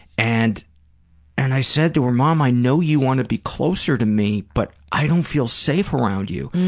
and and i said to her, mom, i know you want to be closer to me but i don't feel safe around you.